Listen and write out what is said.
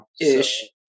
Ish